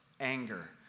anger